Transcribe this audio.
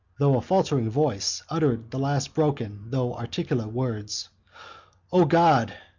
though a faltering voice, uttered the last broken, though articulate, words o god.